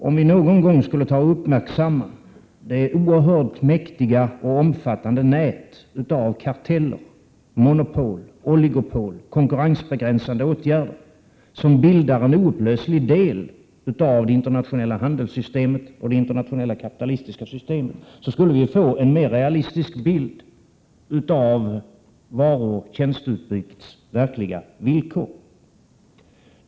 Om vi någon gång skulle ta och uppmärksamma det oerhört mäktiga och omfattande nät av karteller, monopol, oligopol och konkurrensbegränsande åtgärder som bildar en oupplöslig del av det internationella handelssystemet och det internationella kapitalistiska systemet, skulle vi få en mera realistisk bild av varuoch tjänsteutbudets verkliga villkor.